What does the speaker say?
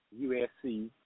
USC